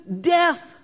death